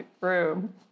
room